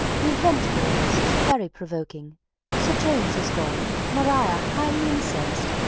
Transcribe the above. the event of all this is very provoking sir james is gone, maria highly incensed,